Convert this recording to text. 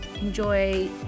enjoy